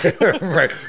Right